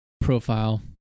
profile